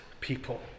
people